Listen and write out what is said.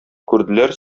күрделәр